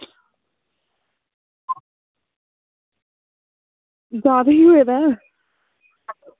जादा ई होये दा